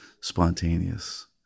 spontaneous